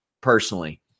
personally